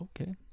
Okay